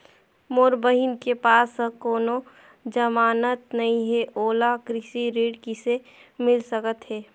मोर बहिन के पास ह कोनो जमानत नहीं हे, ओला कृषि ऋण किसे मिल सकत हे?